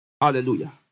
Hallelujah